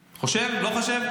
חושב, לא חושב?